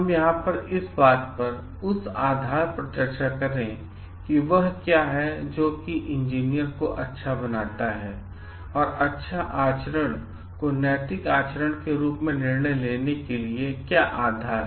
हम यहां इस बात पर उस आधार पर चर्चा करें कि वह क्या है जो कि एक इंजीनियर को अच्छा बनाता है और उनके अच्छा आचरण को नैतिक आचरण के रूप में निर्णय लेने के लिए क्या आधार हैं